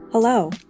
Hello